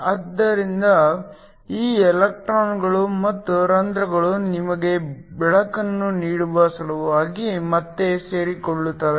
ಇದರಿಂದ ಈ ಎಲೆಕ್ಟ್ರಾನ್ಗಳು ಮತ್ತು ರಂಧ್ರಗಳು ನಿಮಗೆ ಬೆಳಕನ್ನು ನೀಡುವ ಸಲುವಾಗಿ ಮತ್ತೆ ಸೇರಿಕೊಳ್ಳುತ್ತವೆ